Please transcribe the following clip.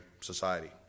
Society